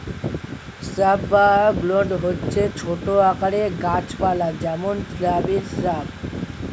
shrub বা গুল্ম হচ্ছে ছোট আকারের গাছ পালা, যেমন স্ট্রবেরি শ্রাব